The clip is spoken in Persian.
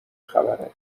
خبره